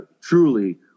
Truly